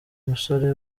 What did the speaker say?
umusore